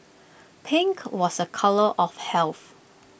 pink was A colour of health